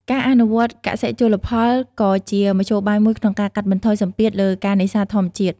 ការអនុវត្តន៍កសិ-ជលផលក៏ជាមធ្យោបាយមួយក្នុងការកាត់បន្ថយសម្ពាធលើការនេសាទធម្មជាតិ។